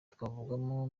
twavugamo